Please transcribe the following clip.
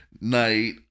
night